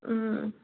ꯎꯝ